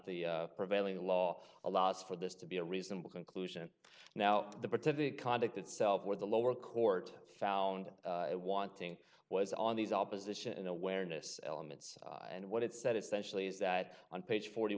the prevailing law allows for this to be a reasonable conclusion now the bar to the conduct itself where the lower court found wanting was on these opposition awareness elements and what it said essentially is that on page forty